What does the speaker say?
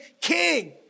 king